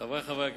חברי חברי הכנסת,